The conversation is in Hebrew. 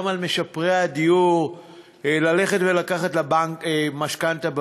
על משפרי הדיור ללכת לבנק ולקחת משכנתה.